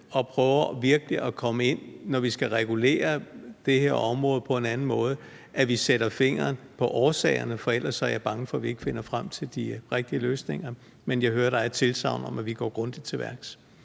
og virkelig prøver, når vi skal regulere det her område på en anden måde, at sætte fokus på årsagerne, for ellers er jeg bange for, at vi ikke finder frem til de rigtige løsninger. Men jeg hører, at der er et tilsagn om, at vi går grundigt til værks.